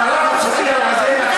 ולהגיד: צריך להרחיק את הרב, הזה מהצבא.